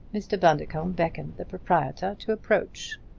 mr. bundercombe beckoned the proprietor to approach.